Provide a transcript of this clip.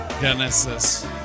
Genesis